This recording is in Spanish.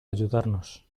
ayudarnos